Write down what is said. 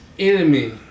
Enemy